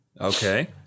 Okay